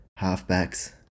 halfbacks